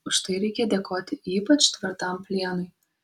už tai reikia dėkoti ypač tvirtam plienui